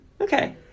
Okay